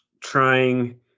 trying